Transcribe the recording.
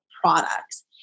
products